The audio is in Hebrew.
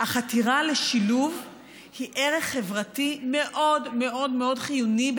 החתירה לשילוב היא ערך חברתי מאוד מאוד מאוד חיוני,